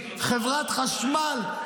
חברת חשמל.